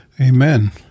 Amen